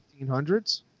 1800s